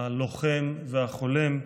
הלוחם והחולם,